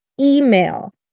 Email